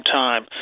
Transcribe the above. time